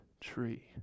tree